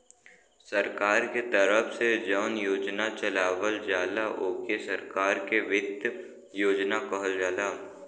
सरकार के तरफ से जौन योजना चलावल जाला ओके सरकार क वित्त योजना कहल जाला